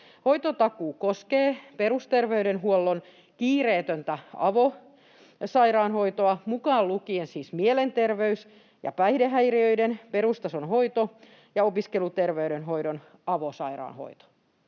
Hoitotakuu koskee perusterveydenhuollon kiireetöntä avosairaanhoitoa mukaan lukien siis mielenterveys- ja päihdehäiriöiden perustason hoito ja opiskeluterveydenhoidon avosairaanhoito.